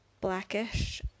Blackish